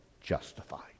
justified